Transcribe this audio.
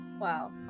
Wow